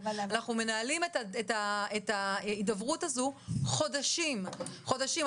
אנחנו מנהלים את ההידברות הזו חודשים, חודשים.